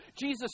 Jesus